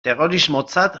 terrorismotzat